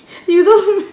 you don't